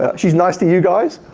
ah she's nice to you guys.